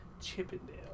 Chippendale